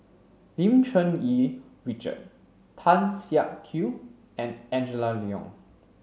Lim Cherng Yih Richard Tan Siak Kew and Angela Liong